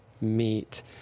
meet